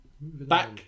Back